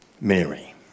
Mary